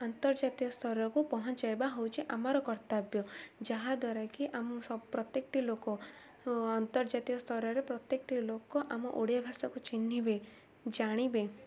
ଆନ୍ତର୍ଜାତୀୟସ୍ତରକୁ ପହଞ୍ଚାଇବା ହେଉଛି ଆମର କର୍ତ୍ତବ୍ୟ ଯାହାଦ୍ୱାରା କିି ଆମ ପ୍ରତ୍ୟେକଟି ଲୋକ ଅନ୍ତର୍ଜାତୀୟସ୍ତରରେ ପ୍ରତ୍ୟେକଟି ଲୋକ ଆମ ଓଡ଼ିଆ ଭାଷାକୁ ଚିହ୍ନିବେ ଜାଣିବେ